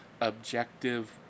objective